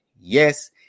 Yes